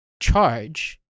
charge